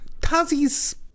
Tazi's